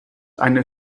eine